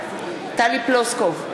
בעד טלי פלוסקוב,